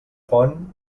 font